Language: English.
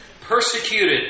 Persecuted